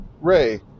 Ray